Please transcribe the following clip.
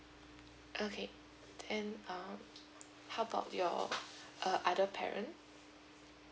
okay and uh how about your uh other parent